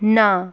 ਨਾ